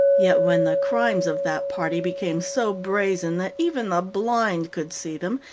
yet when the crimes of that party became so brazen that even the blind could see them,